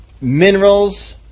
minerals